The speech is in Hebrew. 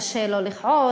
קשה לא לכעוס,